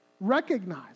Recognize